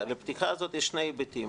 לפתיחה הזאת יש שני היבטים,